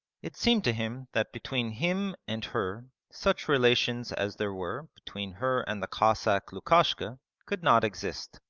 it seemed to him that between him and her such relations as there were between her and the cossack lukashka could not exist,